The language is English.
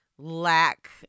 lack